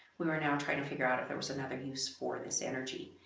we were now trying to figure out if there was another use for this energy.